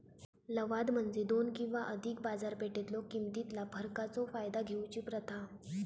लवाद म्हणजे दोन किंवा अधिक बाजारपेठेतलो किमतीतला फरकाचो फायदा घेऊची प्रथा